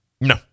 No